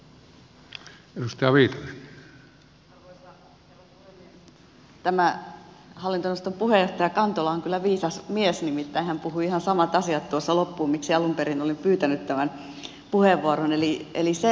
tämä hallintoneuvoston puheenjohtaja kantola on kyllä viisas mies nimittäin hän puhui ihan samat asiat tuossa loppuun miksi alun perin olin pyytänyt tämän puheenvuoron